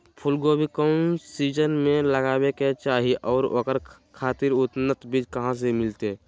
फूलगोभी कौन सीजन में लगावे के चाही और ओकरा खातिर उन्नत बिज कहा से मिलते?